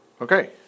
Okay